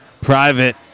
Private